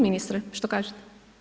Ministre što kažete?